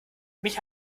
mich